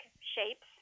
shapes